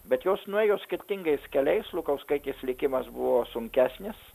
bet jos nuėjo skirtingais keliais lukauskaitės likimas buvo sunkesnis